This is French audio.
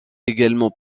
également